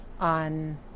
on